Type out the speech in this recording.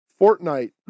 Fortnite